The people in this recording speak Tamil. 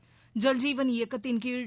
ஐல்ஜீவன் இயக்கத்தின்கீழ்